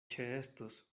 ĉeestos